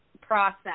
process